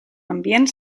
ambient